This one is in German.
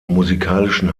musikalischen